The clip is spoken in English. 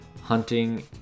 hunting